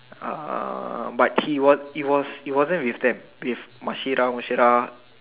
uh but he was it was it wasn't with them with Mashira Mushira